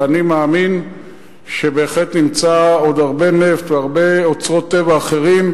אני מאמין שבהחלט נמצא עוד הרבה נפט והרבה אוצרות טבע אחרים,